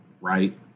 right